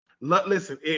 Listen